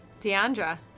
Deandra